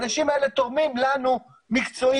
האנשים האלה תורמים לנו מקצועית.